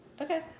okay